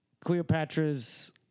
Cleopatra's